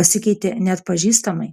pasikeitė neatpažįstamai